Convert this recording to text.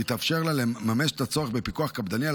ויתאפשר לה לממש את הצורך בפיקוח קפדני על